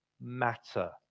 matter